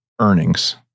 earnings